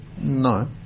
No